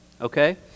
okay